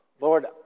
Lord